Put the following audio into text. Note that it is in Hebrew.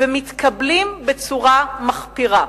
ומתקבלים בצורה מחפירה.